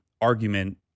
argument